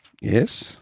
Yes